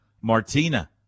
Martina